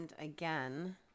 again